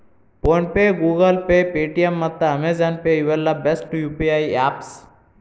phone pay, Google Pay, Paytm ಮತ್ತ Amazon Pay ಇವೆಲ್ಲ best UPI apps